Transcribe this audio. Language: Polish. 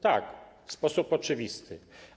Tak, w sposób oczywisty.